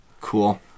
Cool